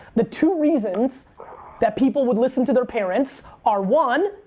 the two reasons that people would listen to their parents are one,